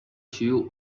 شیوع